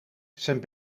zijn